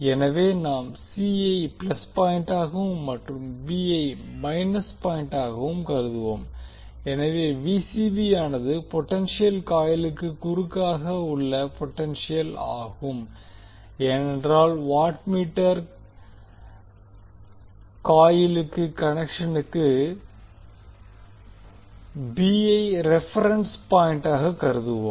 எனவே நாம் c ஐ ப்ளஸ் பாயிண்டாகவும் மற்றும் b ஐ மைனஸ் பாயிண்டாகவும் கருதுவோம் எனவே யானது பொடென்ஷியல் காயிலுக்கு குறுக்காக உள்ள பொடென்ஷியல் ஆகும் ஏனென்றால் வாட்மீட்டர் காயில் கனெக்சனுக்கு b ஐ ரெபெரென்ஸ் பாயிண்டாக கருதுவோம்